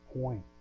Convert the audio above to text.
point